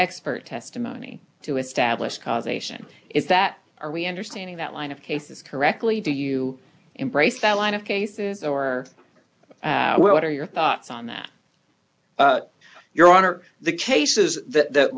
expert testimony to establish causation is that are we understanding that line of cases correctly do you embrace that line of cases or what are your thoughts on that your honor the cases that